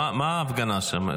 מה ההפגנה שם?